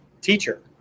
teacher